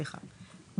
סליחה,